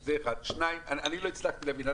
שנית, אני לא הצלחתי להבין.